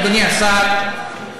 אדוני השר,